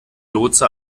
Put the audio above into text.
lotse